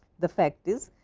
the fact is,